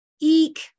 Eek